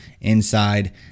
inside